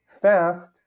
fast